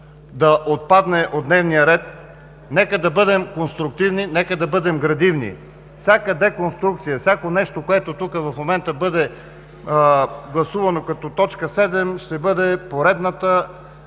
да отпадне от Програмата. Нека да бъдем конструктивни, нека да бъдем градивни. Всяка деконструкция, всяко нещо, което в момента бъде гласувано, като точка седем, ще бъде поредното